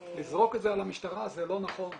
לזרוק את זה על המשטרה זה לא נכון.